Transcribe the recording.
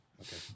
Okay